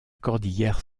cordillère